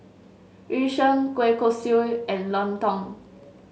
Yu Sheng Kueh Kosui and lontong